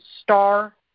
star